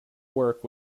work